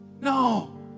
no